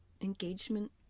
engagement